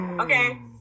Okay